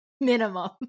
minimum